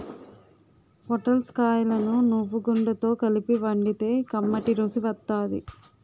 పొటల్స్ కాయలను నువ్వుగుండతో కలిపి వండితే కమ్మటి రుసి వత్తాది